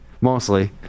mostly